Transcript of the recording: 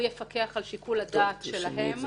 הוא יפקח על שיקול הדעת שלהם,